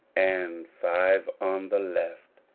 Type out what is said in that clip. and five on the left.